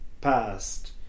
past